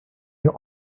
your